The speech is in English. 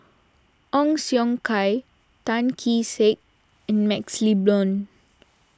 Ong Siong Kai Tan Kee Sek and MaxLe Blond